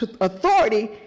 authority